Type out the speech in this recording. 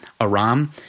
Aram